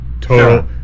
total